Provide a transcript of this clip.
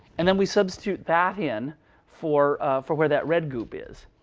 and then we substitute that in for for where that red goop is,